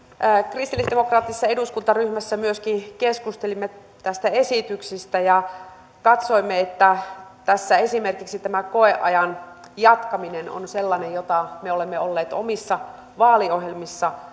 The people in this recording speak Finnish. kristillisdemokraattisessa eduskuntaryhmässä myöskin keskustelimme tästä esityksestä ja katsoimme että tässä esimerkiksi tämä koeajan jatkaminen on sellainen jota me olemme olleet omissa vaaliohjelmissamme